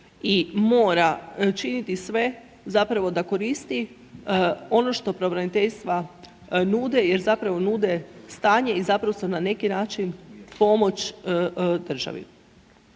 i mora činiti sve zapravo da koristi ono što pravobraniteljstva nude, jer zapravo nude stanje i zapravo su na neki način pomoć državi.